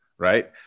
right